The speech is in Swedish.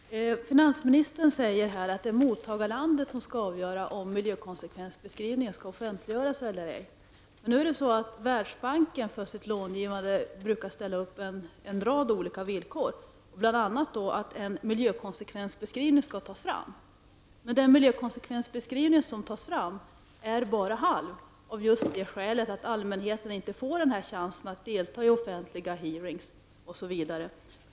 Fru talman! Finansministern säger här att det är låntagarlandet som skall avgöra om miljökonsevensbeskrivningen skall offentliggöras eller ej. Men Världsbanken brukar för sitt långivande ställa upp en rad olika villkor, bl.a. att en miljökonsekvensbeskrivning skall tas fram. Men den miljökonsekvensbeskrivning som tas fram är bara halv av just det skälet att allmänheten inte får chansen att delta i offentliga hearings osv.